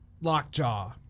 lockjaw